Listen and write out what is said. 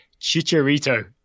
Chicharito